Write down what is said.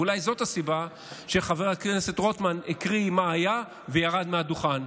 אולי זאת הסיבה שחבר הכנסת רוטמן הקריא מה היה וירד מהדוכן,